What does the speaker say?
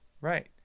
Right